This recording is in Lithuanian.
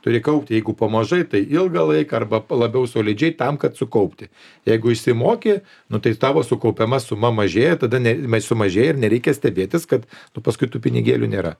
turi kaupti jeigu po mažai tai ilgą laiką arba labiau solidžiai tam kad sukaupti jeigu išsimoki nu tai tavo sukaupiama suma mažėja tada ne jinai sumažėja ir nereikia stebėtis kad paskui tų pinigėlių nėra